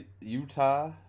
Utah